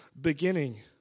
beginning